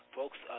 Folks